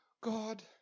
God